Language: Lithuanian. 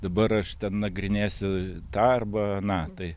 dabar aš ten nagrinėsiu tą arba aną tai